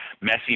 Messy